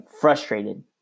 frustrated